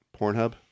Pornhub